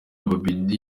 babiri